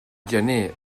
gener